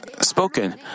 spoken